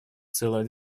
целое